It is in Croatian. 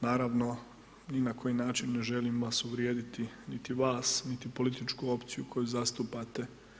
Naravno, ni na koji način ne želim vas uvrijediti, niti vas, niti političku opciju koju zastupate.